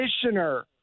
commissioner